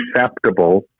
acceptable